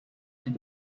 tim